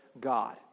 God